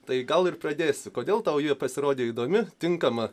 tai gal ir pradėsi kodėl tau ji pasirodė įdomi tinkama